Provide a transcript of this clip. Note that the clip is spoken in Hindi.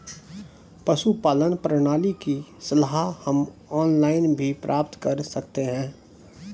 पशुपालन प्रणाली की सलाह हम ऑनलाइन भी प्राप्त कर सकते हैं